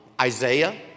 Isaiah